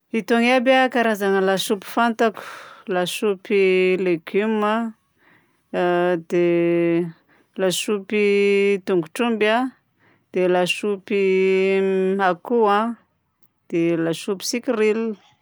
Itony aby a karazagna lasopy fantako: lasopy légume a, dia lasopy tongotr'omby a, dia lasopy akoho a, dia lasopy sicril.